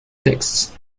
texts